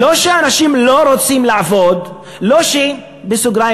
לא שאנשים לא רוצים לעבוד, לא ש"התרבות